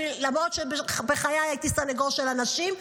למרות שבחיי הייתי סנגור של אנשים,